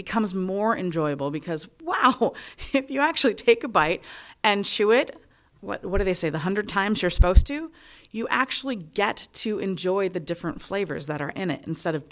becomes more enjoyable because wow if you actually take a bite and shoo it what do they say the hundred times you're supposed to you actually get to enjoy the different flavors that are in it instead of